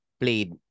played